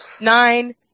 Nine